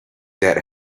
that